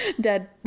dead